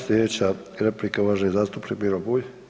Sljedeća replika uvaženi zastupnik Miro Bulj.